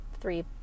three